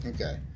Okay